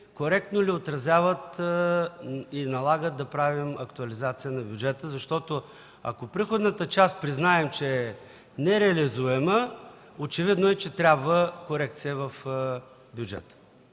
коректно ли отразяват и налагат да правим актуализация на бюджета, защото ако признаем, че приходната част е нереализуема, очевидно е, че трябва корекция в бюджета